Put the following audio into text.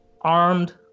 armed